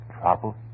Trouble